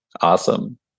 Awesome